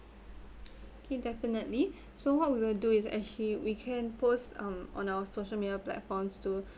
K definitely so what we will do is actually we can post um on our social media platforms to